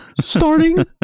Starting